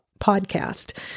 podcast